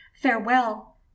Farewell